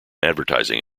advertising